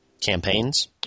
campaigns